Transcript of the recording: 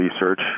research